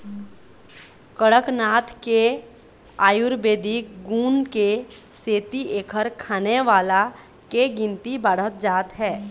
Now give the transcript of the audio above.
कड़कनाथ के आयुरबेदिक गुन के सेती एखर खाने वाला के गिनती बाढ़त जात हे